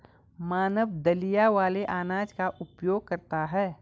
मानव दलिया वाले अनाज का उपभोग करता है